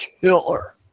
killer